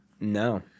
No